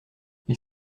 ils